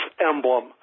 emblem